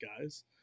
guys